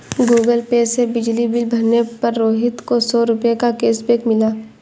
Google Pay से बिजली bill भरने पर रोहित को सौ रूपए का कैशबैक मिला